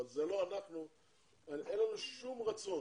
אבל לנו אין שום רצון